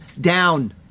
down